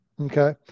okay